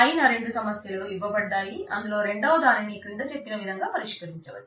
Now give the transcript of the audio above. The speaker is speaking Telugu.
పైన రెండు సమస్యలు ఇవ్వబడ్డాయి అందులో రెండవ దానిని క్రింద చెప్పిన విధంగా పరిష్కరించవచ్చు